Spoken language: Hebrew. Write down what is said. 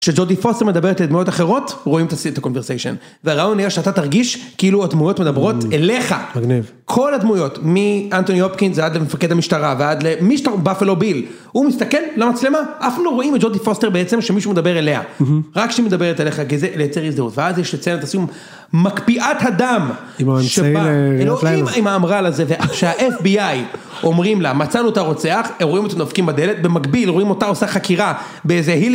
שג'ודי פוסטר מדברת לדמויות אחרות, רואים את הקונברסיישן. והרעיון היה שאתה תרגיש כאילו הדמויות מדברות אליך. מגניב. כל הדמויות, מאנטוני הופקינס ועד למפקד המשטרה, ועד למי שאתה, באפלו ביל, הוא מסתכל למצלמה, אף פעם לא רואים את ג'ודי פוסטר בעצם כשמישהו מדבר אליה. רק כשהיא מדברת אליך, זה לייצר הזדהות. ואז יש את סצנת הסיום מקפיאת הדם. עם האמצעי לראיית לילה. עם האמר"ל הזה, כשה-FBI אומרים לה, מצאנו את הרוצח, הם רואים אותה ודופקים בדלת, במקביל רואים אותה עושה חקירה באיזה הילי.